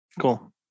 Cool